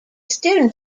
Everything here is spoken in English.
student